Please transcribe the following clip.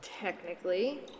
technically